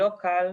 לא קל,